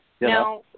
Now